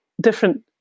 different